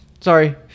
Sorry